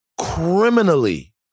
criminally